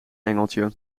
engeltje